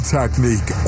technique